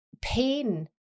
pain